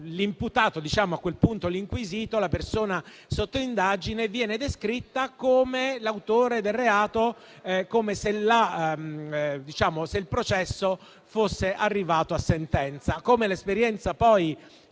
L'imputato, l'inquisito o la persona sotto indagine vengono descritti come autori del reato, come se il processo fosse arrivato a sentenza.